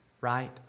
right